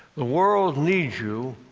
the world needs you,